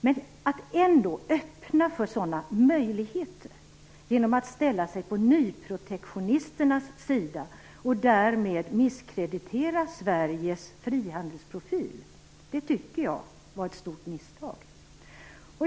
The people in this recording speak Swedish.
Men att ändå öppna för sådana möjligheter genom att ställa sig på nyprotektionisternas sida och därmed misskreditera Sveriges frihandelsprofil, tycker jag var ett stort misstag.